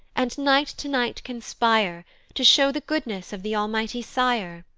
and night to night conspire to show the goodness of the almighty sire?